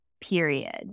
period